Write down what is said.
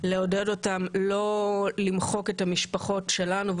לעודד אותם לא למחוק את המשפחות שלנו,